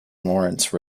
lawrence